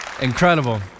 Incredible